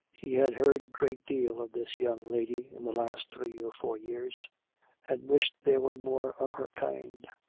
he had heard a great deal of this young lady in the last three or four years and wished there were more of her kind.